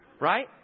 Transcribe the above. Right